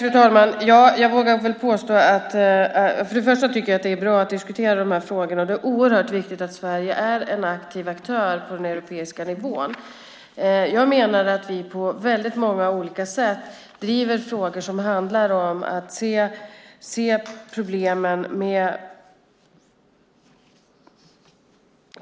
Fru talman! Det är bra att diskutera de här frågorna. Det är oerhört viktigt att Sverige är en aktiv aktör på den europeiska nivån. Jag menar att vi på många sätt driver frågor som handlar om att se problemen med